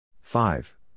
Five